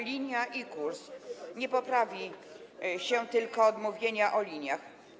Linia i kurs nie poprawią się tylko od mówienia o liniach.